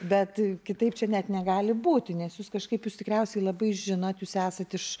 bet kitaip čia net negali būti nes jūs kažkaip jūs tikriausiai labai žinot jūs esate iš